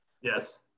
Yes